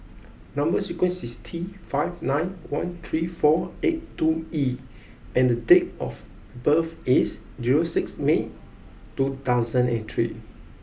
number sequence is T five nine one three four eight two E and date of birth is zero six May two thousand and three